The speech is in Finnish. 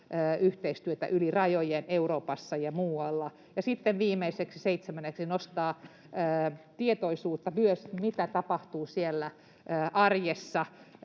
yhteistyötä yli rajojen Euroopassa ja muualla. Ja sitten viimeiseksi, seitsemänneksi: nostaa tietoisuutta myös siitä, mitä tapahtuu siellä arjessa,